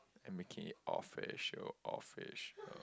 and became official official